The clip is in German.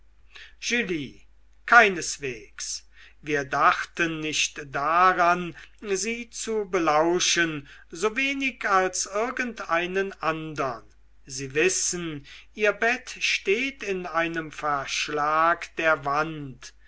keineswegs wir dachten nicht daran sie zu belauschen so wenig als irgendeinen andern sie wissen ihr bett steht in einem verschlag der wand